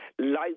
life